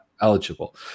eligible